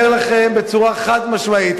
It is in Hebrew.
אני אומר לכם בצורה חד-משמעית,